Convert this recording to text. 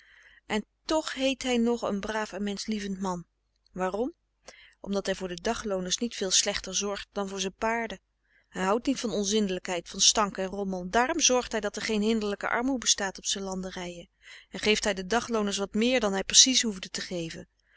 en toch heet hij nog een braaf en menschlievend man waarom omdat hij voor de daglooners niet veel slechter zorgt dan voor zijn paarden hij houdt niet van onzindelijkheid van stank en rommel daarom zorgt hij dat er geen hinderlijke armoe bestaat op zijn landerijen en geeft hij de daglooners wat meer dan hij precies hoefde te geven